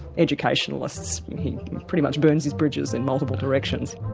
educationalists, he pretty much burns his bridges in multiple directions.